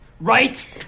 right